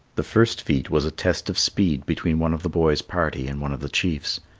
the first feat was a test of speed between one of the boy's party and one of the chief's.